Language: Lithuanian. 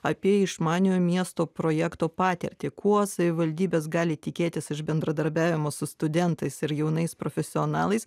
apie išmaniojo miesto projekto patirtį kuo savivaldybės gali tikėtis iš bendradarbiavimo su studentais ir jaunais profesionalais